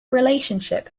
relationship